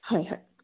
হয় হয়